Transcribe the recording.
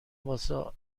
واسه